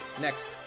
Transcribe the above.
next